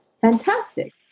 fantastic